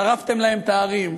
שרפתם להם את הערים,